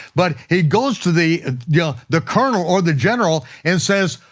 but he goes to the yeah the colonel or the general and says,